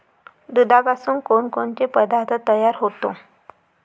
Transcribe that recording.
दुधापासून कोनकोनचे पदार्थ तयार होते?